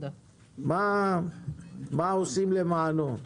מה עושים למענו?